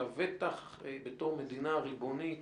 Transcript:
לבטח בתור מדינה ריבונית